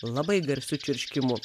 labai garsiu čiurškimu